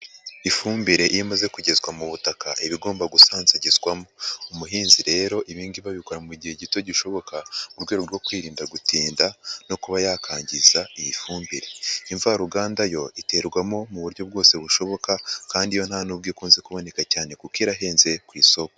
Ifumbire iyo imaze kugezwa mu butaka iba igomba gusanzagizwamo, umuhinzi rero ibi ngibi abikora mu gihe gito gishoboka mu rwego rwo kwirinda gutinda no kuba yakangiza iyi fumbire, imvaruganda yo iterwamo mu buryo bwose bushoboka kandi yo nta n'ubwo ikunze kuboneka cyane kuko irahenze ku isoko.